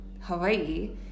Hawaii